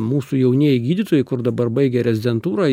mūsų jaunieji gydytojai kur dabar baigę rezidentūrą